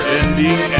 ending